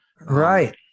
right